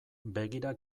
begira